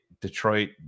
Detroit